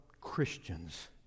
Christians